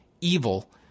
Evil